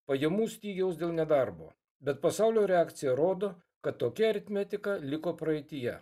pajamų stygiaus dėl nedarbo bet pasaulio reakcija rodo kad tokia aritmetika liko praeityje